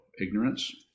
ignorance